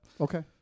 Okay